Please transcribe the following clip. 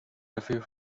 dafür